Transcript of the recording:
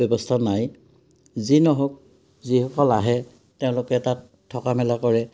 ব্যৱস্থা নাই যি নহওক যিসকল আহে তেওঁলোকে তাত থকা মেলা কৰে